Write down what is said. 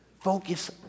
Focus